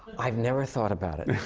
i've never thought about it.